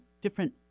different